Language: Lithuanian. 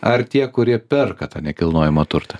ar tie kurie perka tą nekilnojamą turtą